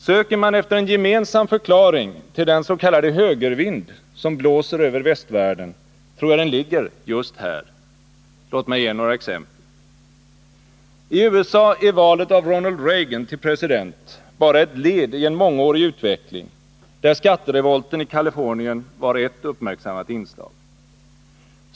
Söker man efter en gemensam förklaring till den s.k. högervind som blåser över västvärlden tror jag den ligger just här. Låt mig ge några exempel. I USA är valet av Ronald Reagan till president bara ett led i en mångårig utveckling, där skatterevolten i Kalifornien var ett uppmärksammat inslag.